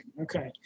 Okay